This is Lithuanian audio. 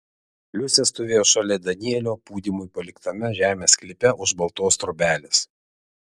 liusė stovėjo šalia danielio pūdymui paliktame žemės sklype už baltos trobelės